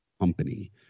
company